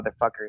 motherfucker